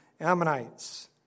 Ammonites